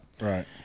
Right